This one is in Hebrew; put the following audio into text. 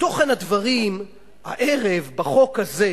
ותוכן הדברים הערב בחוק הזה,